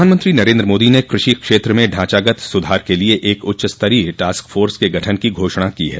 प्रधानमंत्री नरेन्द्र मोदी ने कृषि क्षेत्र में ढांचागत सुधार के लिए एक उच्चस्तरीय टास्क फोर्स के गठन की घोषणा की है